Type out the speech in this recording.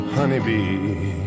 honeybee